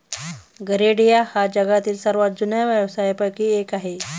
गरेडिया हा जगातील सर्वात जुन्या व्यवसायांपैकी एक आहे